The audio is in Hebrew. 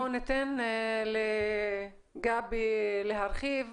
תיכף אנחנו ניתן לגבי להרחיב,